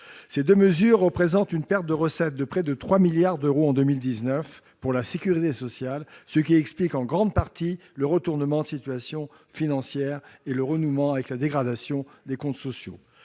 Ces deux mesures représentent une perte de recettes de près de 3 milliards d'euros en 2019 pour la sécurité sociale, ce qui explique en grande partie le retournement de situation financière et la reprise de la dégradation des comptes sociaux.